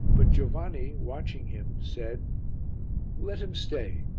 but giovanni, watching him, said let him stay.